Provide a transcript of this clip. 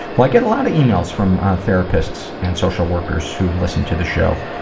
well i get a lot of emails from therapists and social workers who listen to the show.